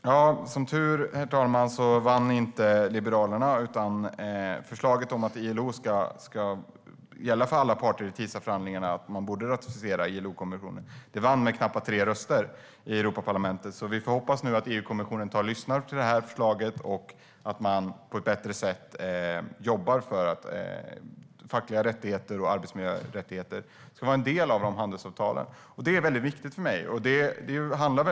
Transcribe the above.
Herr talman! Som tur var vann inte Liberalerna. Förslaget om att ILO-konventioner ska gälla för alla parter i TISA-förhandlingarna och att man ska ratificera ILO-konventioner vann med knappa tre röster i Europaparlamentet. Nu får vi hoppas att EU-kommissionen lyssnar till det här förslaget och att man på ett bättre sätt jobbar för att fackliga rättigheter och arbetsmiljörättigheter ska vara en del av handelsavtalen. Det är väldigt viktigt för mig.